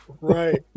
Right